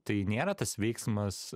tai nėra tas veiksmas